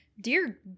dear